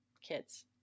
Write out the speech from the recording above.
kids